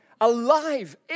alive